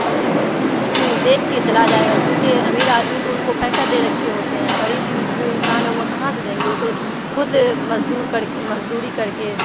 کچھ دیکھ کے چلا جائے گا کیونکہ امیر آدمی تو ان کو پیسہ دے رکھے ہوتے ہیں اور غریب جو انسان ہے وہ کہاں سے دیں گے وہ تو خود مزدور کر کے مزدوری کر کے